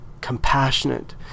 compassionate